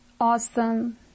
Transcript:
awesome